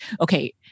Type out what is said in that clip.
Okay